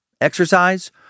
exercise